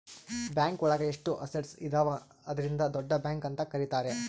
bank ಒಳಗ ಎಷ್ಟು assets ಇದಾವ ಅದ್ರಿಂದ ದೊಡ್ಡ ಬ್ಯಾಂಕ್ ಅಂತ ಕರೀತಾರೆ